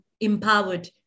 empowered